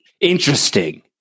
Interesting